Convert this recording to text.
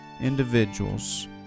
individuals